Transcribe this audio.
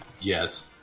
Yes